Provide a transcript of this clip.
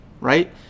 right